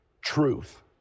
truth